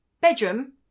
bedroom